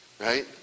Right